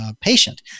patient